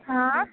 हॅं